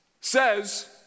says